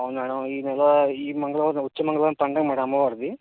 అవును మేడమ్ ఈ నెల ఈ మంగళవారం వచ్చే మంగళవారం పండగ మేడమ్ అమ్మవారిదీ